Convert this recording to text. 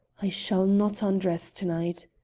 i shall not undress to-night.